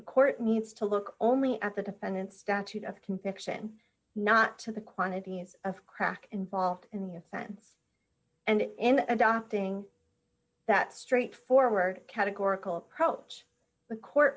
a court needs to look only at the defendant's statute of conviction not to the quantities of crack involved in the offense and in the adopting that straightforward categorical approach the court